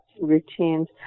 routines